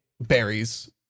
berries